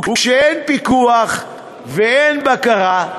וכשאין פיקוח ואין בקרה,